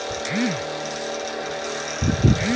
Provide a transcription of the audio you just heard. आप YONO lite app में अपनी पासबुक देख सकते हैं